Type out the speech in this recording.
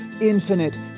infinite